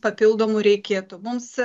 papildomų reikėtų mums